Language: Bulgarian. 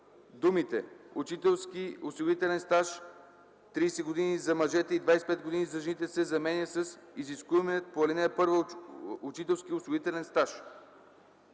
думите „учителски осигурителен стаж 30 години за мъжете и 25 години за жените” се заменят с „изискуемия по ал. 1 учителски осигурителен стаж”.